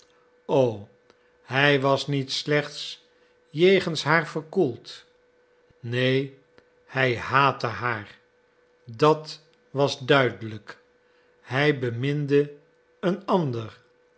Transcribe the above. hij was niet slechts jegens haar verkoeld neen hij haatte haar dat was duidelijk hij beminde eene andere